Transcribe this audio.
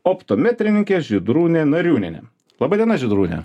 optometrininkė žydrūnė nariūnienė laba diena žydrūne